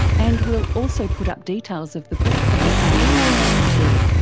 and we'll also put up details of the book of the same name there too.